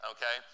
Okay